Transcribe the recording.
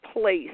place